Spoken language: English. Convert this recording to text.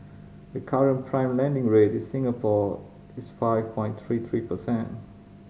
the current prime lending rate in Singapore is five point three three precent